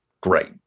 Great